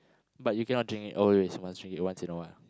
but you cannot drink it always you must drink it once in a while